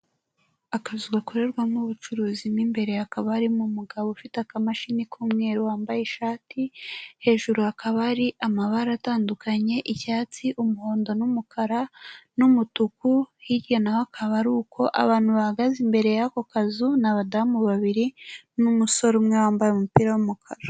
Akazu gakorerwamo ubucuruzi, mo imbere hakaba harimo umugabo ufite akamashini k'umweru wambaye ishati, hejuru hakaba hari amabara atandukanye icyatsi, umuhondo n'umukara n'umutuku, hirya na ho akaba ari uko, abantu bahagaze imbere y'ako kazu ni abadamu babiri n'umusore umwe wambaye umupira w'umukara.